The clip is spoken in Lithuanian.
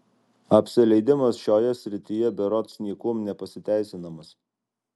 apsileidimas šioje srityje berods niekuom nepasiteisinamas